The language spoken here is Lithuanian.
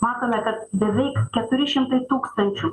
matome kad beveik keturi šimtai tūkstančių